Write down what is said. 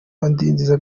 adindiza